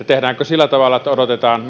tehdäänkö sillä tavalla että odotetaan